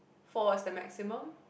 four is the maximum